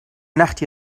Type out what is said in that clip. nacht